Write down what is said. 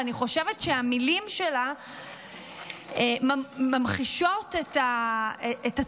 ואני חושבת שהמילים שלה ממחישות את התחושות